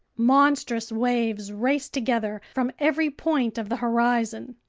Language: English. monstrous waves race together from every point of the horizon.